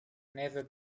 never